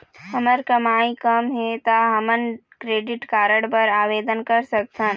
हमर कमाई कम हे ता हमन क्रेडिट कारड बर आवेदन कर सकथन?